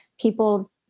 people